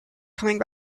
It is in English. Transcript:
coming